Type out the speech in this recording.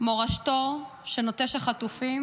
מורשתו של נוטש החטופים